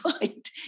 right